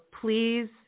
please